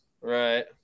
Right